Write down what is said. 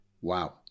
wow